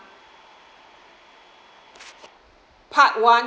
part one